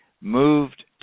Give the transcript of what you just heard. moved